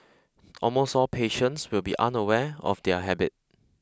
almost all patients will be unaware of their habit